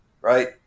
right